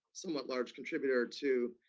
somewhat large contributor to